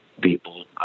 people